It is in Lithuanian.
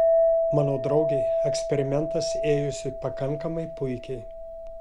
mano draugei eksperimentas ėjosi pakankamai puikiai